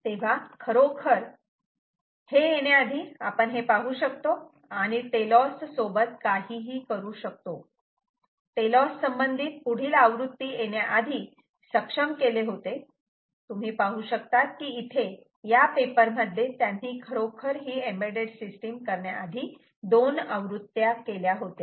तेव्हा ते येण्याआधी आपण पाहू शकतो आणि टेलोस सोबत काहीही करू शकतो टेलोस संबंधित पुढील आवृत्ती येण्याआधी सक्षम केले होते तुम्ही पाहू शकतात कि इथे या पेपरमध्ये त्यांनी खरोखर ही एम्बेडेड सिस्टीम करण्याआधी 2 आवृत्त्या केल्या होत्या